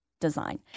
design